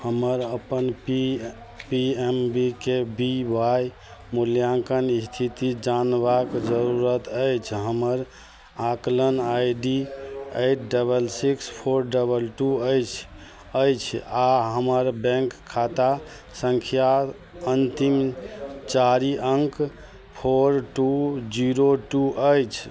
हमर अपन P P M V K V Y मूल्याङ्कन इस्थिति जानबाक जरूरत अछि हमर आकलन I D eight double six four double two अछि अछि आओर हमर बैँक खाता सँख्या अन्तिम चारि अङ्क फोर टू जीरो टू अछि